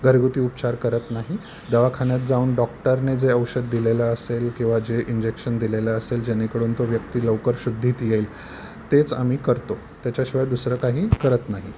घरगुती उपचार करत नाही दवाखान्यात जाऊन डॉक्टरनी जे औषध दिलेलं असेल किंवा जे इंजेक्शन दिलेलं असेल जेणेकरून तो व्यक्ती लवकर शुद्धीत येईल तेच आम्ही करतो त्याच्याशिवाय दुसरं काही करत नाही